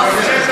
למה זה,